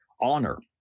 honor